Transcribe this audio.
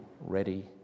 ready